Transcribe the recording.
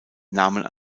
nahmen